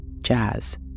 jazz